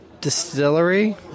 Distillery